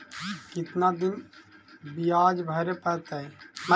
कितना दिन बियाज भरे परतैय?